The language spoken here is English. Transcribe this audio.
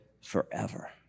forever